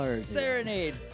Serenade